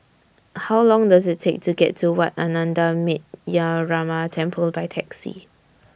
How Long Does IT Take to get to Wat Ananda Metyarama Temple By Taxi